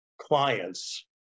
clients